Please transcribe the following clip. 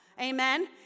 amen